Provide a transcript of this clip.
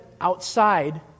outside